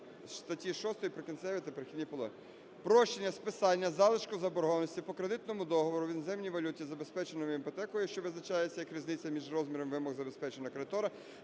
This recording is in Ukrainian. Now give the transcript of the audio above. статті 6 "Прикінцеві та перехідні положення". Прощення (списання) залишку заборгованості по кредитному договору в іноземній валюті, забезпеченому іпотекою, що визначається як різниця між розміром вимог забезпеченого кредитора,